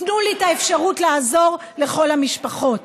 תנו לי את האפשרות לעזור לכל המשפחות.